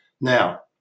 Now